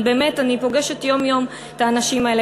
אני פוגשת יום-יום את האנשים האלה,